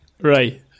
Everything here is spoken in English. Right